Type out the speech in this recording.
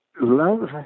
Love